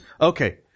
Okay